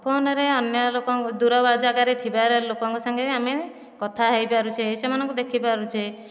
ଫୋନରେ ଅନ୍ୟ ଲୋକଙ୍କ ଦୂର ଜାଗାରେ ଥିବାର ଲୋକଙ୍କ ସାଙ୍ଗରେ ଆମେ କଥା ହୋଇପାରୁଛେ ସେମାନଙ୍କୁ ଦେଖିପାରୁଛେ